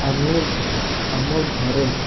ଆମେ ଆମ ଘରେ